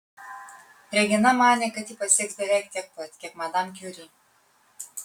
regina manė kad ji pasieks beveik tiek pat kiek madam kiuri